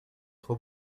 trop